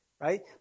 right